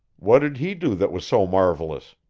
what did he do that was so marvelous?